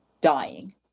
dying